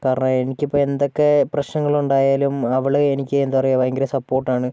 കാരണം എനിക്കിപ്പോൾ എന്തൊക്കെ പ്രശ്നങ്ങൾ ഉണ്ടായാലും അവള് എനിക്ക് എന്താ പറയുക ഭയങ്കര സപ്പോർട്ടാണ്